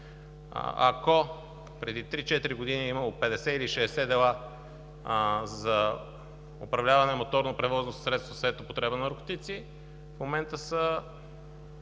Ако преди три-четири години е имало 50 или 60 дела за управляване на моторно превозно средство след употреба на наркотици, в момента са,